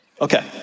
Okay